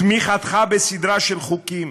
בתמיכתך בסדרה של חוקים